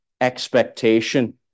expectation